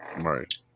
Right